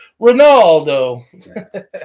Ronaldo